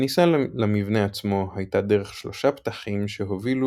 הכניסה למבנה עצמו הייתה דרך שלושה פתחים שהובילו